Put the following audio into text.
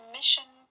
Mission